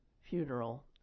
funeral